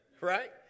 Right